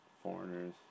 foreigners